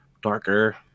darker